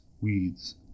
weeds